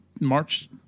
March